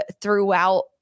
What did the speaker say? throughout